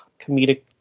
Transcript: comedic